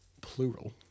plural